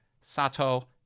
Sato